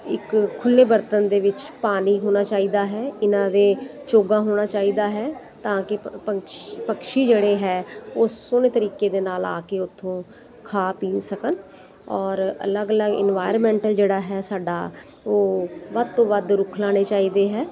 ਇੱਕ ਖੁੱਲ੍ਹੇ ਬਰਤਨ ਦੇ ਵਿੱਚ ਪਾਣੀ ਹੋਣਾ ਚਾਹੀਦਾ ਹੈ ਇਹਨਾਂ ਦੇ ਚੋਗਾ ਹੋਣਾ ਚਾਹੀਦਾ ਹੈ ਤਾਂ ਕਿ ਪੰਕਸ਼ ਪਕਸ਼ੀ ਜਿਹੜੇ ਹੈ ਉਹ ਸੋਹਣੇ ਤਰੀਕੇ ਦੇ ਨਾਲ ਆ ਕੇ ਉਥੋਂ ਖਾ ਪੀ ਸਕਣ ਔਰ ਅਲੱਗ ਅਲੱਗ ਇਨਵਾਇਰਮੈਂਟ ਜਿਹੜਾ ਹੈ ਸਾਡਾ ਉਹ ਵੱਧ ਤੋਂ ਵੱਧ ਰੁੱਖ ਲਾਣੇ ਚਾਹੀਦੇ ਹੈ